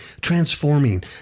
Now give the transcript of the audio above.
transforming